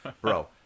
bro